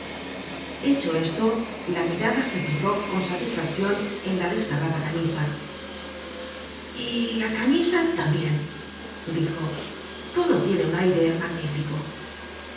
hecho esto la mirada se fijó con satisfaccion en la desgarrada camisa y la camisa tambien dijo todo tiene un aire magnífico un